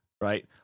right